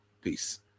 Peace